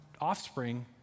offspring